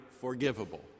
forgivable